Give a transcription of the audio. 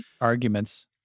arguments